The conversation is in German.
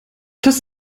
das